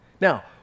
Now